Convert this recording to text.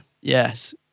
Yes